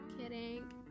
kidding